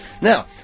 Now